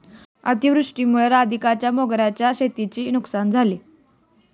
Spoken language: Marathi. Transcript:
अतिवृष्टीमुळे राधिकाच्या मोगऱ्याच्या शेतीची नुकसान झाले